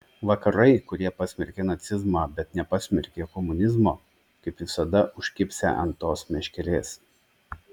vakarai kurie pasmerkė nacizmą bet nepasmerkė komunizmo kaip visada užkibsią ant tos meškerės